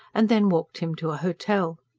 and then walked him to a hotel.